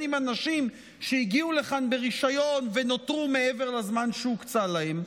אנשים שהגיעו לכאן ברישיון ונותרו מעבר לזמן שהוקצה להם,